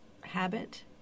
habit